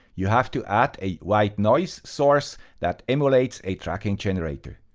you have to add a white noise source that emulates a tracking generator.